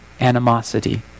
animosity